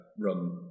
run